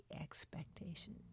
expectation